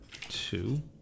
Two